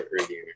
earlier